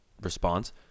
response